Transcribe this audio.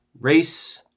race